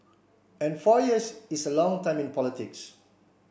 and four years is a long time in politics